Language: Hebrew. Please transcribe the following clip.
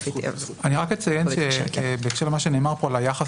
אני רק אציין בהקשר למה שנאמר פה על היחס